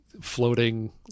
floating